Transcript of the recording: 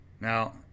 Now